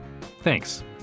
Thanks